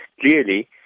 clearly